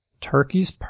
Turkey's